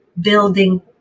building